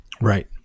Right